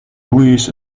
luis